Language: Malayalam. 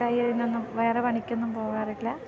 തയ്യലിനൊന്നും വേറെ പണിക്കൊന്നും പോകാറില്ല